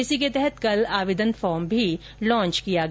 इसी के तहत कल आवेदन फार्म भी लॉच किया गया